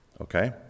Okay